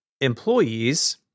employees